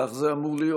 כך זה אמור להיות.